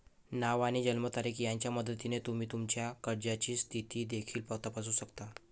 नाव आणि जन्मतारीख यांच्या मदतीने तुम्ही तुमच्या कर्जाची स्थिती देखील तपासू शकता